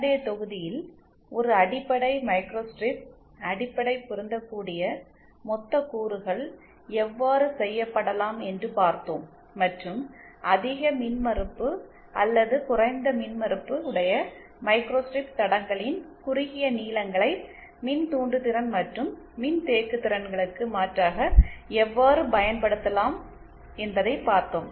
முந்தைய தொகுதியில் ஒரு அடிப்படை மைக்ரோஸ்ட்ரிப் அடிப்படை பொருந்தக்கூடிய மொத்த கூறுகள் எவ்வாறு செய்யப்படலாம் என்று பார்த்தோம் மற்றும் அதிக மின்மறுப்பு அல்லது குறைந்த மின்மறுப்பு உடைய மைக்ரோஸ்டிரிப் தடங்களின் குறுகிய நீளங்களைப் மின்தூண்டுதிறன் மற்றும் மின்தேக்குதிறன்களுக்கு மாற்றாக எவ்வாறு பயன்படுத்தலாம் என்பதைப் பார்த்தோம்